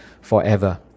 forever